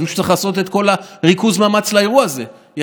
אני רוצה לענות על דברי הבלע של המתועב הזה שיוצא